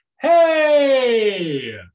Hey